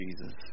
Jesus